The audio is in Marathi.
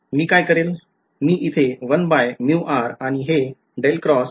मी काय करेल मी इथे आणि हे घेईल